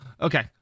Okay